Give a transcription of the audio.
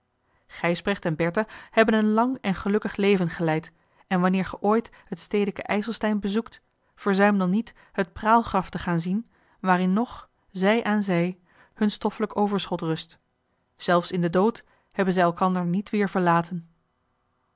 gijsbrecht en bertha hebben een lang en gelukkig leven geleid en wanneer ge ooit het stedeke ijselstein bezoekt verzuim dan niet het praalgraf te gaan zien waarin nog zij aan zij hun stoffelijk overschot rust zelfs in den dood hebben zij elkander niet weer verlaten